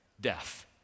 death